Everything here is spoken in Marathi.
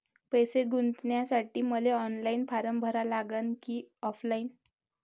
पैसे गुंतन्यासाठी मले ऑनलाईन फारम भरा लागन की ऑफलाईन?